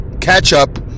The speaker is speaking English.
catch-up